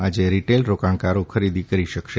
આજે રિટેલ રોકાણકારો ખરીદી કરી શકશે